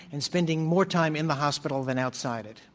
and spending more time in the hospital than outside it.